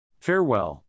Farewell